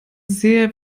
sehr